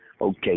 Okay